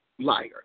liar